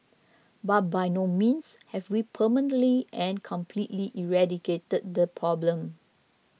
but by no means have we permanently and completely eradicated the problem